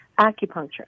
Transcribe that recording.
acupuncture